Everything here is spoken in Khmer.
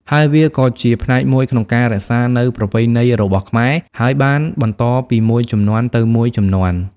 ហើយវាក៏ជាផ្នែកមួយក្នុងការ រក្សានូវប្រពៃណីរបស់ខ្មែរ ហើយបានបន្តពីមួយជំនាន់ទៅមួយជំនាន់។